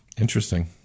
Interesting